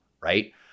right